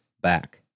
back